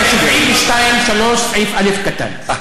זה 73-72, סעיף קטן (א).